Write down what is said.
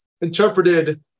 interpreted